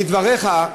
לדבריך,